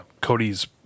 Cody's